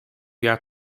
jaar